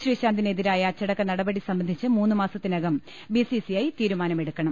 ശ്രീശാന്തിനെതിരായ അച്ചടക്ക നടപടി സംബന്ധിച്ച് മൂന്നു മാസ ത്തിനകം ബി സി സി ഐ തീരുമാന്മെടുക്കണം